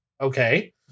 okay